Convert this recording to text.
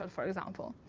and for example.